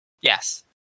Yes